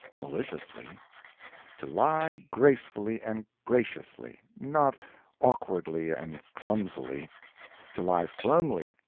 maliciously to lie gracefully and graciously, not awkwardly and clumsily to lie firmly,